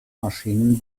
maschinen